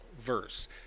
verse